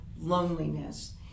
loneliness